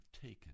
taken